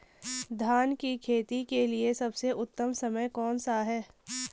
धान की खेती के लिए सबसे उत्तम समय कौनसा है?